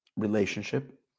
relationship